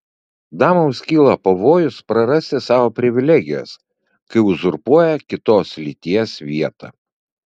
damoms kyla pavojus prarasti savo privilegijas kai uzurpuoja kitos lyties vietą